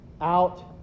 out